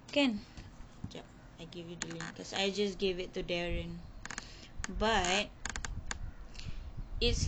can jap I give you the link cause I just gave it to darren but it's like